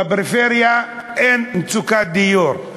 בפריפריה אין מצוקת דיור.